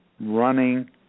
running